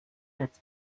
its